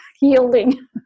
yielding